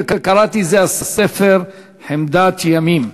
וקראתי זה הספר: 'חמדת ימים'".